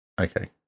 Okay